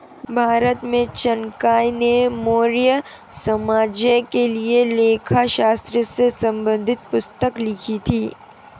भारत में चाणक्य ने मौर्य साम्राज्य के लिए लेखा शास्त्र से संबंधित पुस्तक लिखी थी